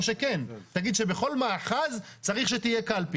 או שכן, תגיד שבכל מאחז צריך שתהיה קלפי.